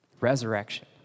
Resurrection